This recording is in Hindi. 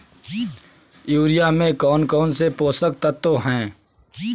यूरिया में कौन कौन से पोषक तत्व है?